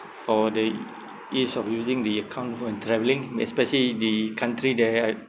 for the ease of using the account for travelling especially the country that